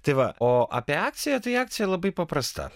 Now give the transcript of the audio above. tai va o apie akciją tai akcija labai paprasta